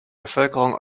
bevölkerung